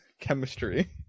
chemistry